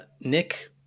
Nick